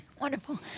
Wonderful